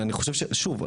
אני חושב ששוב,